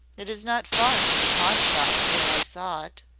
it is not far to the pawnshop where i saw it.